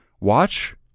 Watch